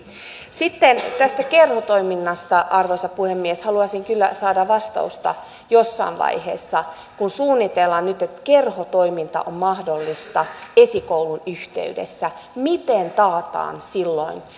sitten tästä kerhotoiminnasta arvoisa puhemies haluaisin kyllä saada vastausta jossain vaiheessa kun suunnitellaan nyt että kerhotoiminta on mahdollista esikoulun yhteydessä miten taataan silloin